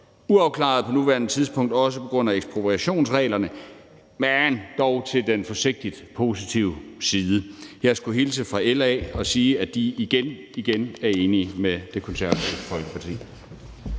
uafklaret på nuværende tidspunkt – også på grund af ekspropriationsreglerne. Men det hælder dog til den forsigtigt positive side. Jeg skulle hilse fra LA og sige, at de igen igen er enige med Det Konservative Folkeparti.